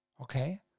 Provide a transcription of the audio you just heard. Okay